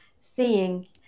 seeing